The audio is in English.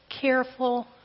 careful